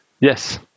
Yes